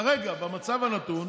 כרגע, במצב הנתון,